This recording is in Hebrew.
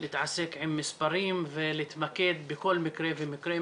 להתעסק במספרים ולהתמקד בכל מקרה ומקרה.